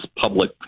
public